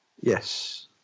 yes